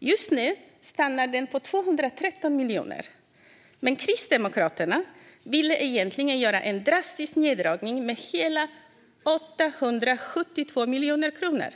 Just nu stannar den på 213 miljoner kronor. Men Kristdemokraterna ville egentligen göra en drastisk neddragning med hela 872 miljoner kronor.